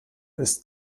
ist